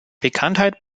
bekanntheit